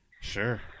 Sure